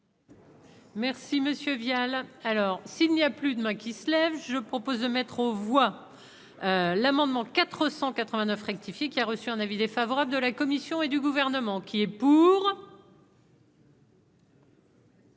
monsieur Vial alors s'il n'y a plus de main qui se lève, je propose de mettre aux voix l'amendement 489 rectifié, qui a reçu un avis défavorable de la Commission et du gouvernement qui est.